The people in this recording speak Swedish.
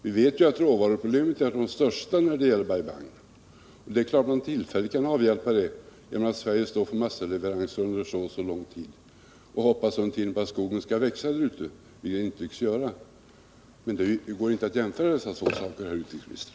Vi vet att råvaruproblemet är ett av de största problemen när det gäller Bai Bang, och det är klart att man tillfälligt kan avhjälpa det genom att Sverige står för massaleveranser under viss tid och hoppas att skogen under tiden skall växa upp där ute, vilket den inte tycks göra. Men det går inte att jämföra dessa två saker, herr utrikesminister.